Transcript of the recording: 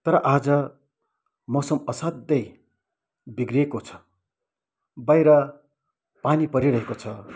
तर आज मौसम असाध्यै बिग्रेको छ बाहिर पानी परिरहेको छ